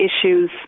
issues